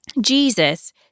Jesus